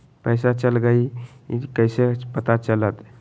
पैसा चल गयी कैसे पता चलत?